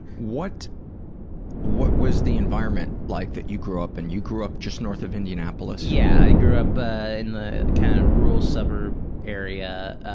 what what was the environment like that you grew up in? you grew up just north of indianapolis? yeah. i grew up in the kind of rural suburb area,